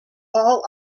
all